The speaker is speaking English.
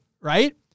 right